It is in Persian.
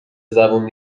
زبون